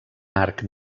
arc